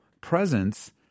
presence